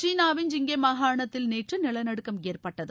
சீனாவின் ஜிங்கே மாகாணத்தில் நேற்று நிலநடுக்கம் ஏற்பட்டது